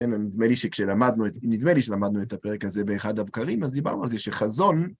נדמה לי שלמדנו את הפרק הזה באחד הבקרים, אז דיברנו על זה שחזון...